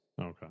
Okay